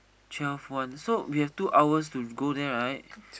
cheerful one so we have two hours to go there right